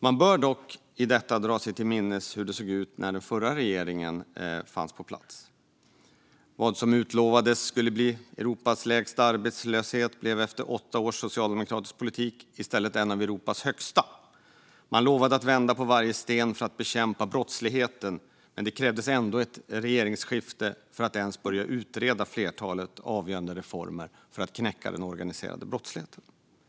Låt oss därför dra oss till minnes hur det såg ut för den förra regeringen. Vad som utlovades skulle bli Europas lägsta arbetslöshet blev efter åtta års socialdemokratisk politik i stället en av Europas absolut högsta. Man lovade att vända på varje sten för att bekämpa brottsligheten, men det krävdes ett regeringsskifte för att ett flertal avgörande reformer för att knäcka den organiserade brottsligheten skulle börja utredas.